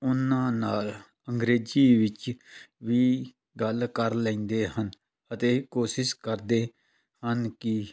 ਉਹਨਾਂ ਨਾਲ ਅੰਗਰੇਜ਼ੀ ਵਿੱਚ ਵੀ ਗੱਲ ਕਰ ਲੈਂਦੇ ਹਨ ਅਤੇ ਕੋਸ਼ਿਸ਼ ਕਰਦੇ ਹਨ ਕਿ